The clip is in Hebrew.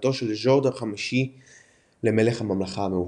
הכתרתו של ג'ורג' החמישי למלך הממלכה המאוחדת.